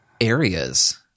areas